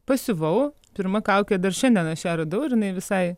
pasiuvau pirma kaukė dar šiandien aš ją radau ir jinai visai